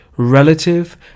relative